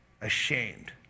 ashamed